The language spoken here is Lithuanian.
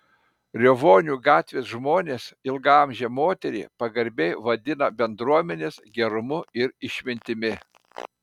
riovonių gatvės žmonės ilgaamžę moterį pagarbiai vadina bendruomenės gerumu ir išmintimi